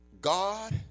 God